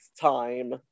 Time